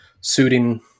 suiting